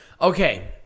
Okay